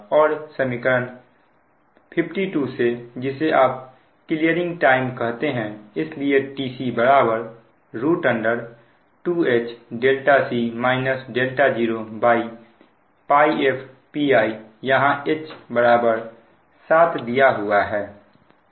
और समीकरण 52 से जिसे आप क्लीयरिंग टाइम कहते हैं इसलिए tc बराबर 2HπfPiयहां H 7 दिया हुआ है